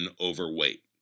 overweight